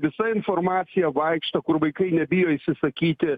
visa informacija vaikšto kur vaikai nebijo išsisakyti